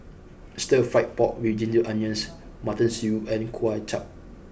Stir Fried Pork with ginger onions Mutton Stew and Kway Chap